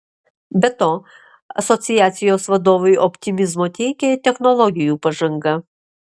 be to asociacijos vadovui optimizmo teikia ir technologijų pažanga